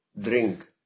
drink